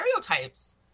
stereotypes